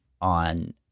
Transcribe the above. on